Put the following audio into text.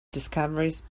discoveries